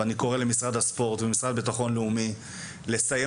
ואני קורא למשרד הספורט והמשרד לביטחון לאומי לסיים